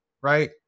right